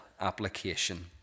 application